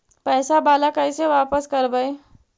पैसा बाला कैसे बापस करबय?